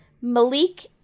Malik